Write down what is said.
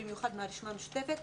במיוחד מהרשימה המשותפת,